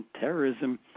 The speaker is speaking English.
terrorism